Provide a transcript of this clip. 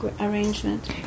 arrangement